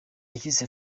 yagize